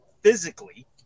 physically